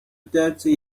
thirty